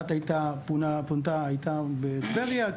אחת פונתה בטבריה,